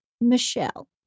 Michelle